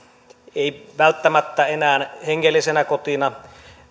ei välttämättä enää hengellisenä kotina